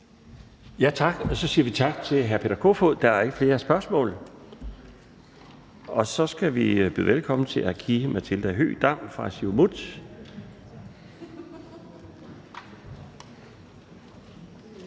Laustsen): Vi siger tak til hr. Peter Kofod. Der er ikke flere spørgsmål. Og så skal vi byde velkommen til Aki-Matilda Høegh-Dam fra Siumut.